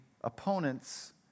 opponents